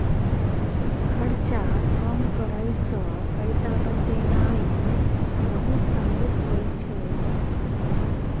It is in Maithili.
खर्चा कम करइ सँ पैसा बचेनाइ बहुत हल्लुक होइ छै